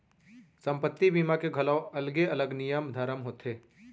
संपत्ति बीमा के घलौ अलगे अलग नियम धरम होथे